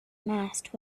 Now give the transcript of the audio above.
mast